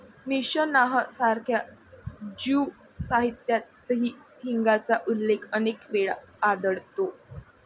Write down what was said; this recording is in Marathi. मिशनाह सारख्या ज्यू साहित्यातही हिंगाचा उल्लेख अनेक वेळा आढळतो